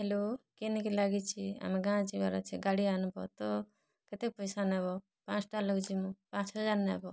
hello କେନ୍ କେ ଲାଗିଛେ ଆମେ ଗାଁ ଯିବାର୍ ଅଛେ ଗାଡ଼ି ଆନ୍ବ ତ କେତେ ପଇସା ନେବ ପାଞ୍ଚ୍ ଟା ଲୋକ୍ ଯିମୁ ପାଞ୍ଚ୍ ହଜାର୍ ନେବ